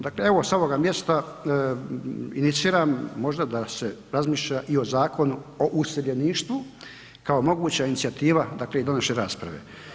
Dakle, evo sa ovoga mjesta iniciram možda se razmišlja i o Zakonu o useljeništvu kao moguća inicijativa dakle i današnje rasprave.